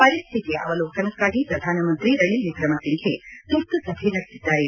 ಪರಿಸ್ಥಿತಿಯ ಅವಲೋಕನಕ್ಕಾಗಿ ಪ್ರಧಾನಮಂತ್ರಿ ರಣಿಲ್ ವಿಕ್ರಮಸಿಂಗೆ ತುರ್ತುಸಭೆ ನಡೆಸಿದ್ದಾರೆ